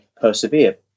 persevere